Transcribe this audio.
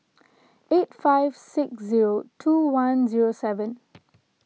eight five six zero two one zero seven